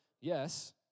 yes